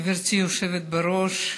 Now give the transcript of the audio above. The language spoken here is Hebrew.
גברתי היושבת-ראש,